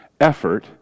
effort